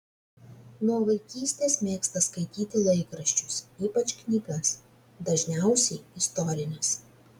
nuo vaikystės mėgsta skaityti laikraščius ypač knygas dažniausiai istorines